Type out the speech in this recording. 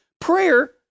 prayer